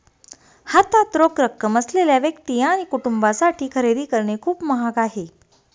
हातात रोख रक्कम असलेल्या व्यक्ती आणि कुटुंबांसाठी खरेदी करणे खूप महाग आहे